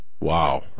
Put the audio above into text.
Wow